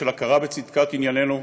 של הכרה בצדקת ענייננו,